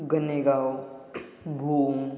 Ganegaon